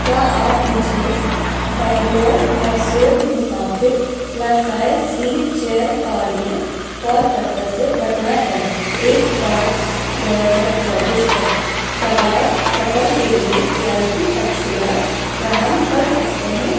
کیا آپ مجھے بنگلور میسور مسافر کلاسائے سی چیئر کار میں کولکتہ سے پٹنہ پر ایک پانچ دو ہزار چوبیس پر سوار سفر کے لیے کرائے کی تفصیلات فراہم کر سکتے ہیں